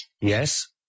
Yes